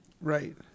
Right